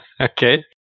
Okay